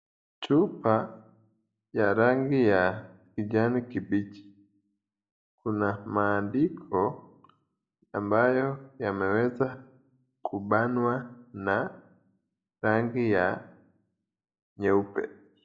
Chupa ya rangi ya kijani kibichi, kuna maandiko ambayo yameweza kubanwa na rangi ya nyeupe.